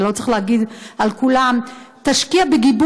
הקרוב, שיפתח ביום